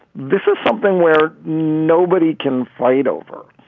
this is something where nobody can fight over.